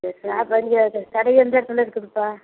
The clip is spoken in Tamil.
சரி ஷாப் எங்கையாருக்கு கடை எந்த இடத்துல இருக்குதுப்பா